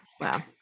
Wow